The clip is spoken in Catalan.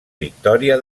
victòria